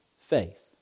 faith